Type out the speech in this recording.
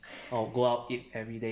or go out eat everyday